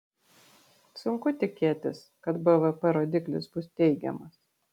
sunku tikėtis kad bvp rodiklis bus teigiamas